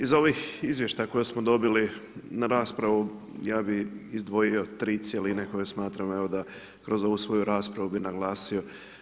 Iz ovih izvještaja koje smo dobili na raspravu, ja bih izdvojio tri cjeline koje smatram, evo da, kroz ovu svoju raspravu bih naglasio.